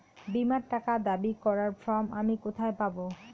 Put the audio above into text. বীমার টাকা দাবি করার ফর্ম আমি কোথায় পাব?